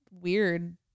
weird